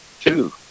two